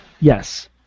Yes